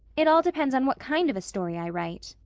it all depends on what kind of a story i write.